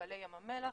מפעלי ים המלח